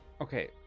Okay